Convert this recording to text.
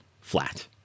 flat